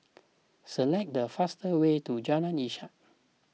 select the fastest way to Jalan Ishak